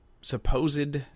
supposed